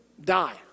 die